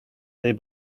they